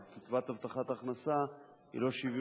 קצבת הבטחת הכנסה היא לא שוויונית,